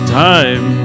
time